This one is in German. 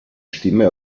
stimme